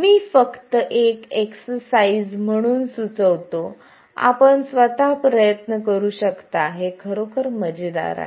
मी फक्त एक एक्सरसाइज म्हणून सुचवतो आपण स्वतः प्रयत्न करू शकता हे खरोखर मजेदार आहे